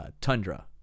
Tundra